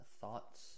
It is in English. thoughts